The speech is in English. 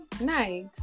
nice